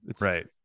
Right